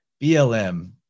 BLM